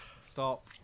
Stop